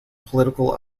political